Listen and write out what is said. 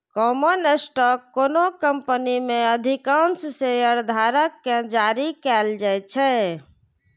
common stock कोनो company मे अधिकांश शेयरधारक कें जारी कैल जाइ छै